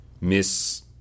Miss